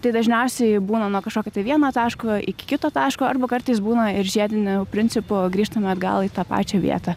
tai dažniausiai būna nuo kažkokio tai vieno taško iki kito taško arba kartais būna ir žiediniu principu grįžtame atgal į tą pačią vietą